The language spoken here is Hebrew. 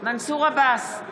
מנסור עבאס,